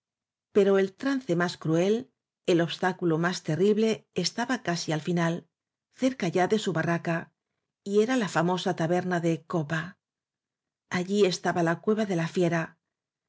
blasco ibáñez trance más cruel el obstáculo más temible es taba casi al final cerca ya de su barraca y era la famosa taberna de copa allí estaba la cueva de la fiera